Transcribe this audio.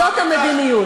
זאת המדיניות.